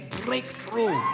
breakthrough